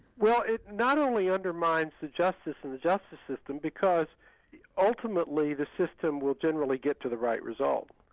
well it not only undermines the justice in the justice system, because ultimately the system will generally get to the right result.